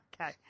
okay